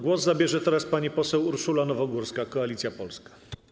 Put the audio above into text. Głos zabierze pani poseł Urszula Nowogórska, Koalicja Polska.